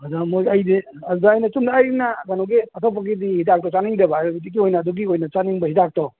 ꯑꯗ ꯑꯩꯗꯤ ꯑꯗꯨꯗ ꯆꯨꯝꯅ ꯑꯩꯅ ꯀꯩꯅꯣꯒꯤ ꯑꯇꯣꯞꯄꯒꯤꯗꯤ ꯍꯤꯗꯥꯛꯇꯣ ꯆꯥꯅꯤꯡꯗꯦꯕ ꯑꯌꯨꯔꯚꯦꯗꯤꯛꯀꯤ ꯑꯣꯏꯅ ꯑꯗꯨꯒꯤ ꯑꯣꯏꯅ ꯆꯥꯅꯤꯡꯕ ꯍꯤꯗꯥꯛꯇꯣ